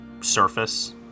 surface